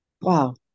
Wow